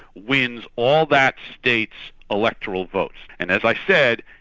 wins all that states electoral votes. and as i said,